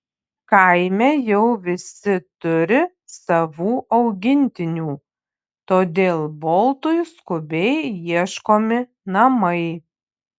kaime jau visi turi savų augintinių todėl boltui skubiai ieškomi namai